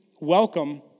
welcome